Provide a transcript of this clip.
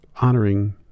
honoring